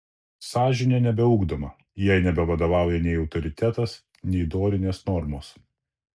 sąžinė nebeugdoma jai nebevadovauja nei autoritetas nei dorinės normos